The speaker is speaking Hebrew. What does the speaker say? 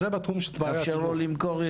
לאפשר לו למכור ישירות.